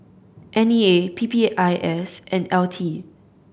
N E A P P I S and L T